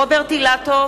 רוברט אילטוב,